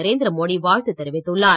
நரேந்திர மோடி வாழத்து தெரிவித்துள்ளார்